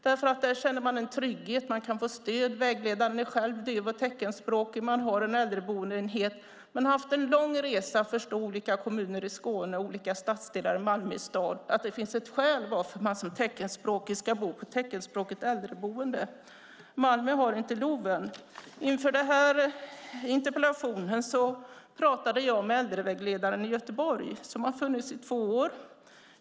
Människor känner en trygghet och kan få stöd. Vägledaren är själv döv och teckenspråkig, och man har en äldreboendeenhet. Man har haft en lång resa för olika kommuner i Skåne och olika stadsdelar i Malmö stad. Det finns ett skäl till varför man som teckenspråkig ska bo på ett teckenspråkigt äldreboende. Malmö har inte LOV. Inför denna interpellationsdebatt talade jag med äldrevägledaren i Göteborg som har funnits i två år.